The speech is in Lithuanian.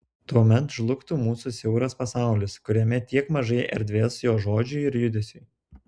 tuomet žlugtų mūsų siauras pasaulis kuriame tiek mažai erdvės jo žodžiui ir judesiui